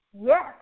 Yes